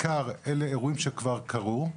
בעיקר אלה אירועים שכבר קרו,